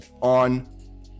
on